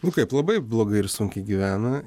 nu kaip labai blogai ir sunkiai gyvena